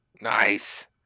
Nice